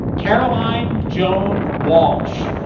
caroline joan walsh.